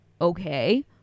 okay